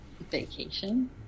Vacation